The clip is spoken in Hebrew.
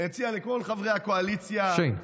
ומציע לכל חברי הקואליציה, שֵיין.